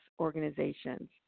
organizations